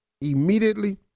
immediately